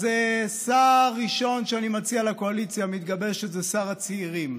אז שר ראשון שאני מציע לקואליציה המתגבשת זה שר הצעירים,